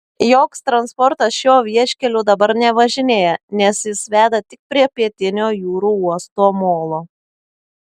joks transportas šiuo vieškeliu dabar nevažinėja nes jis veda tik prie pietinio jūrų uosto molo